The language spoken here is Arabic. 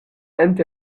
أنت